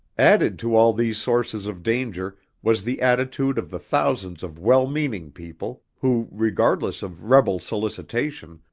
added to all these sources of danger was the attitude of the thousands of well-meaning people who, regardless of rebel solicitation,